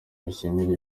bishimira